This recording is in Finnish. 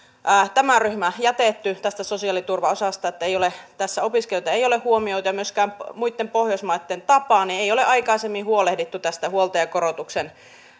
tämä ryhmä jätetty tästä sosiaaliturvaosasta eli opiskelijoita tässä ei ole huomioitu ja myöskään muitten pohjoismaitten tapaan ei ole aikaisemmin huolehdittu tästä huoltajakorotuksen